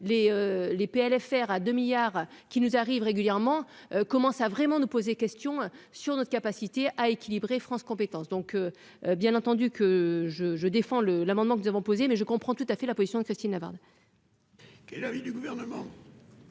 les PLFR à 2 milliards qui nous arrive régulièrement commence à vraiment nous poser question sur notre capacité à équilibrer France compétence donc bien entendu que je je défends le l'amendement que nous avons posée mais je comprends tout à fait la position de Christine Lagarde. Qu'est l'avis du gouvernement